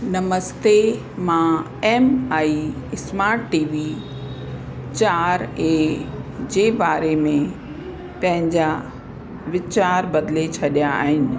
नमस्ते मां M I smart TV चारि ए जे बारे में पंहिंजा वीचार बदिले छॾिया आहिनि